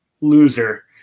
loser